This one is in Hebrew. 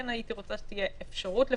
כן הייתי רוצה שתהיה אפשרות לפחות.